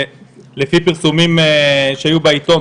לפי פרסומים שהיו בעיתון,